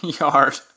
yard